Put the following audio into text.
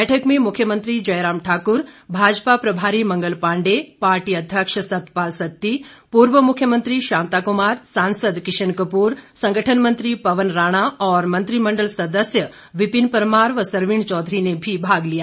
बैठक में मुख्यमंत्री जयराम ठाक्र भाजपा प्रभारी मंगल पांडे पार्टी अध्यक्ष सतपाल सत्ती पूर्व मुख्यमंत्री शांता कुमार सांसद किशन कपूर संगठन मंत्री पवन राणा और मंत्रिमंडल सदस्य विपिन परमार व सरवीण चौधरी ने भी भाग लिया